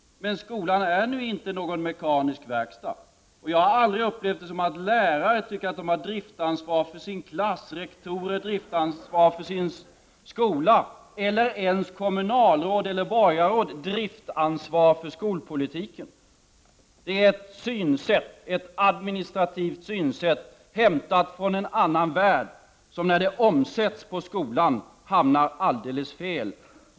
Men skolan är nu inte någon mekanisk verkstad. Och jag har aldrig upplevt att lärare tycker att de har driftansvaret för sin klass, att rektorer har driftansvaret för sin skola — eller att ens kommunalråd eller borgarråd har driftansvaret för skolpolitiken. Det är ett administrativt synsätt, hämtat från en annan värld, som då det omsätts på skolan hamnar alldeles fel.